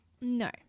No